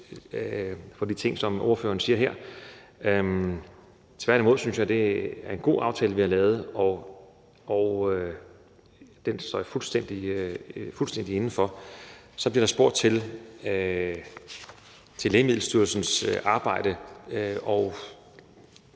for de ting, som ordføreren siger her. Tværtimod synes jeg, at det er en god aftale, vi har lavet, og den står jeg fuldstændig inde for. Så bliver der spurgt til Lægemiddelstyrelsens arbejde, og